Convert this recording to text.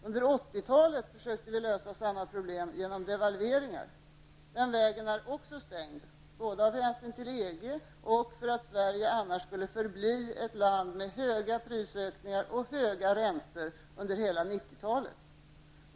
Under 1980-talet försökte vi lösa samma problem genom devalveringar. Den vägen är också stängd, både av hänsyn till EG och därför att Sverige annars skulle förbli ett land med stora prisökningar och höga räntor under hela 90-talet.